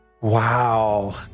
Wow